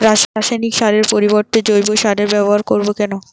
রাসায়নিক সারের পরিবর্তে জৈব সারের ব্যবহার করব কেন?